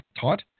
taught